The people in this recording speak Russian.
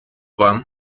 вам